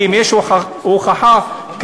כי אם יש הוכחה כזו,